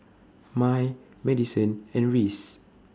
Mai Madison and Reece